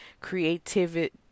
creativity